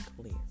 Clear